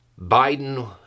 Biden